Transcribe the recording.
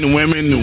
women